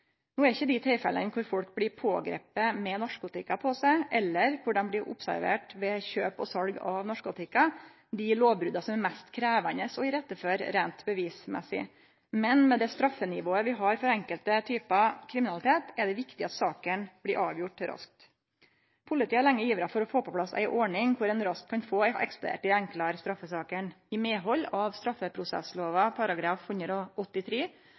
No er ikkje dei tilfella der folk blir pågripne med narkotika på seg, eller der dei blir observerte ved kjøp og sal av narkotika, dei lovbrota som er mest krevjande å iretteføre reint bevismessig, men med det straffenivået vi har for enkelte typar kriminalitet, er det viktig at sakene blir avgjorde raskt. Politiet har lenge ivra for å få på plass ei ordning der ein raskt kan få ekspedert dei enklare straffesakene. I medhald av straffeprosesslova